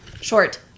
short